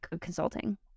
consulting